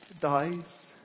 dies